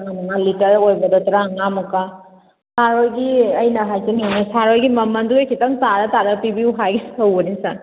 one litre ꯑꯣꯏꯕꯗ ꯇꯔꯥꯃꯉꯥ ꯃꯨꯛꯀ ꯁꯥꯔ ꯍꯣꯏꯒꯤ ꯑꯩꯅ ꯍꯥꯏꯖꯅꯤꯡꯉꯦ ꯁꯥꯔ ꯍꯣꯏꯒꯤ ꯃꯃꯟꯗꯨꯗꯒꯤ ꯈꯤꯇꯪ ꯇꯥꯔ ꯇꯥꯔ ꯄꯤꯕꯤꯌꯨ ꯍꯥꯏꯒꯦ ꯇꯧꯕꯅꯦ ꯁꯥꯔ